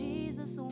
Jesus